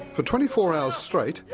for twenty four hours straight, yeah